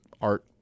art